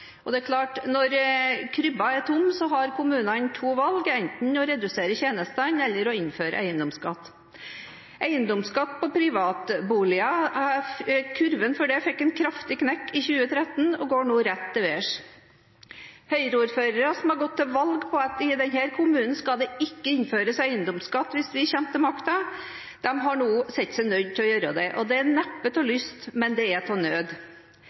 eiendomsskatt. Det er klart at når krybba er tom, har kommunene to valg: enten å redusere tjenestene eller å innføre eiendomsskatt. Kurven for eiendomsskatt på privatboliger fikk en kraftig knekk i 2013 og går nå rett til værs. Høyre-ordførere som har gått til valg på at i deres kommune skal det ikke innføres eiendomsskatt hvis de kommer til makta, har nå sett seg nødt til å gjøre det. Det er neppe av lyst, men det er av nød.